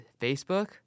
Facebook